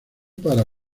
para